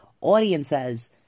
audiences